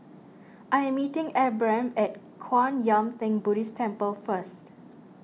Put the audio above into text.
I am meeting Abram at Kwan Yam theng Buddhist Temple first